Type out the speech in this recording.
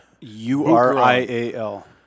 U-R-I-A-L